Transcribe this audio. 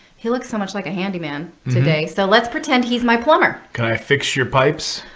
he looks so much like a handyman today. so let's pretend he's my plumber. can i fix your pipes?